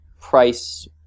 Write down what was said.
price